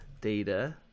data